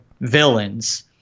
villains